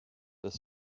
their